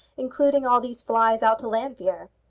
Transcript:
including all these flys out to llanfeare?